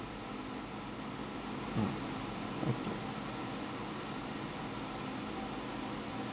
mm okay